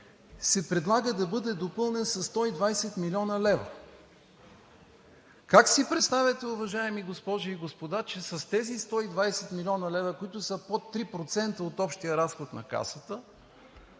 милиарда, да бъде допълнен със 120 млн. лв. Как си представяте, уважаеми госпожи и господа, че с тези 120 млн. лв., които са под 3% от общия разход на Касата,